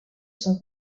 son